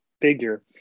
figure